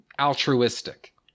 altruistic